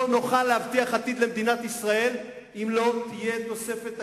לא נוכל להבטיח עתיד למדינת ישראל אם לא תהיה תוספת תקציב.